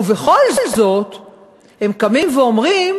ובכל זאת הם קמים ואומרים: